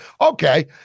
Okay